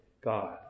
God